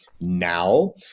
now